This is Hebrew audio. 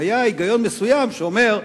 היה היגיון מסוים שאומר: